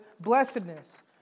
blessedness